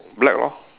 black lor